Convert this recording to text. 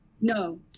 No